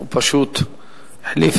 הוא פשוט החליף.